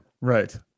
Right